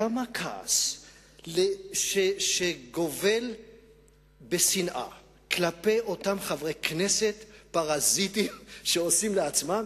כמה כעס שגובל בשנאה כלפי אותם חברי כנסת פרזיטים שעושים לעצמם,